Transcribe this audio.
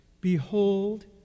behold